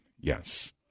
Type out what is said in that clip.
Yes